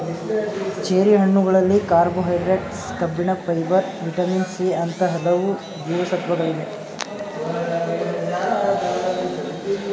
cherry ಹಣ್ಣುಗಳಲ್ಲಿ carbohydrates, ಕಬ್ಬಿಣ, fibre, vitamin C ಅಂತ ಹಲವು ಜೀವಸತ್ವಗಳಿವೆ